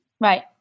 Right